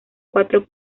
cuatro